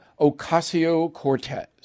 Ocasio-Cortez